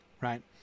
right